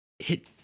hit